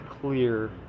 clear